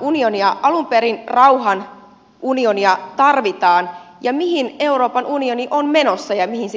unionia alun perin rauhan unionia tarvitaan ja mihin euroopan unioni on menossa ja mihin sitä kehitetään